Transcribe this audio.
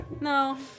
No